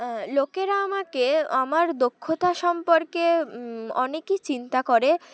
লোকেরা আমাকে আমার দক্ষতা সম্পর্কে অনেকই চিন্তা করে